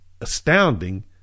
astounding